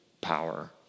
power